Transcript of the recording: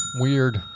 weird